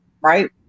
Right